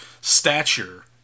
stature